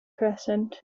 crescent